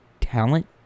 talent